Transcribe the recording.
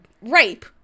rape